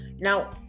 Now